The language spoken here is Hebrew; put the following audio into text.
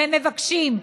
והם מבקשים: